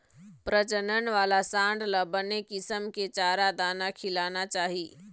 प्रजनन वाला सांड ल बने किसम के चारा, दाना खिलाना चाही